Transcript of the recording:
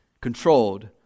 controlled